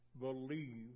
believe